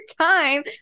time